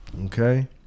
Okay